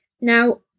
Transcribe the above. Now